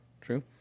true